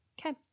okay